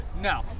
No